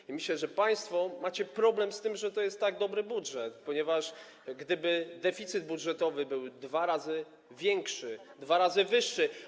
I myślę, że państwo macie problem z tym, że to jest tak dobry budżet, ponieważ gdyby deficyt budżetowy był dwa razy większy, dwa razy wyższy.